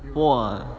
!wah!